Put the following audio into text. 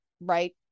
right